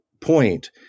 point